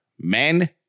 Men